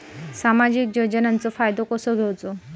सामाजिक योजनांचो फायदो कसो घेवचो?